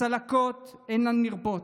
הצלקות אינן נרפאות,